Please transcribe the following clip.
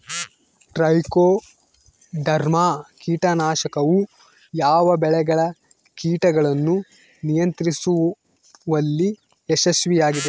Trichoderma ಕೇಟನಾಶಕವು ಯಾವ ಬೆಳೆಗಳ ಕೇಟಗಳನ್ನು ನಿಯಂತ್ರಿಸುವಲ್ಲಿ ಯಶಸ್ವಿಯಾಗಿದೆ?